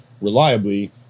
reliably